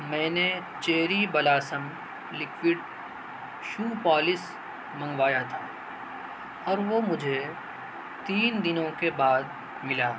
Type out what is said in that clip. میں نے cherry blossom liquid shoe polish منگوایا تھا اور وہ مجھے تین دنوں کے بعد ملا